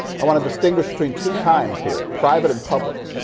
i want to distinguish between two kinds here, private and public.